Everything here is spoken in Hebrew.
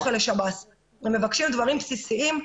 הם מבקשים דברים בסיסיים,